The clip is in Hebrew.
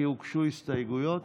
כי הוגשו הסתייגויות.